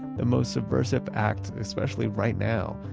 the most subversive act, especially right now,